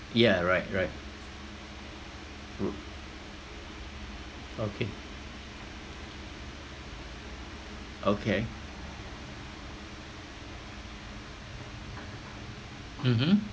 yeah right right r~ okay okay mmhmm